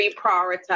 reprioritize